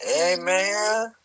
Amen